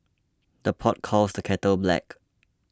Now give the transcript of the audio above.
the pot calls the kettle black